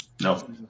No